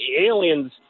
aliens